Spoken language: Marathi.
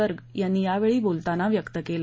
गर्ग यांनी यावेळी बोलताना व्यक्त केला